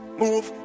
move